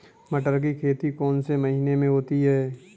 मटर की खेती कौन से महीने में होती है?